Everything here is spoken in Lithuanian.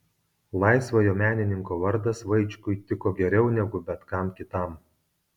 laisvojo menininko vardas vaičkui tiko geriau negu bet kam kitam